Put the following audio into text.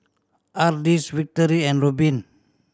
Ardis Victory and Rubin